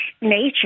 nature